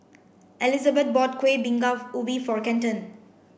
Elizabeth bought Kueh Bingka Ubi for Kenton